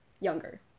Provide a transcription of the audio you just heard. younger